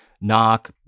knock